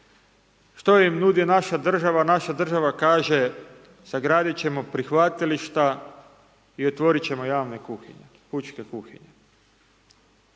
Što im nudi naša država? Naša država kaže sagradit ćemo prihvatilišta i otvorit ćemo javne kuhinje, pučke kuhinje.